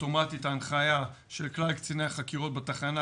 אוטומטית ההנחיה של כלל קציני החקירות בתחנה,